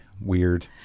weird